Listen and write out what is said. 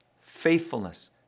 faithfulness